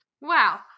Wow